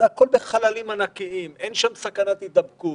הכול בחללים ענקיים, אין שם סכנת הידבקות.